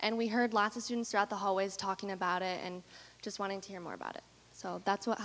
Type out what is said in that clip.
and we heard lots of students throughout the hallways talking about it and just wanted to hear more about it so that's what